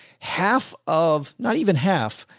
half of not even half,